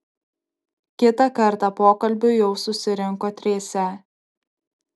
kitą kartą pokalbiui jau susirinko trise